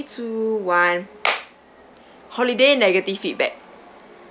three two one holiday negative feedback